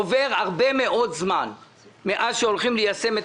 עובר הרבה מאוד זמן מאז שהולכים ליישם את